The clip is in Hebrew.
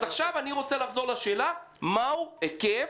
עכשיו אני רוצה לחזור לשאלה מה הוא היקף